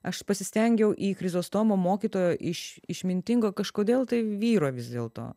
aš pasistengiau į chrizostomo mokytojo iš išmintingo kažkodėl tai vyro vis dėlto